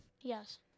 Yes